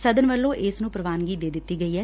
ਸਦਨ ਵੱਲੋਂ ਇਸ ਨੂੰ ਪ੍ਰਵਾਨਗੀ ਦੇ ਦਿੱਤੀ ਗਈ ਐ